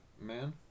man